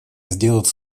сделать